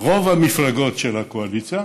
ברוב המפלגות של הקואליציה,